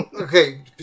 Okay